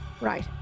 Right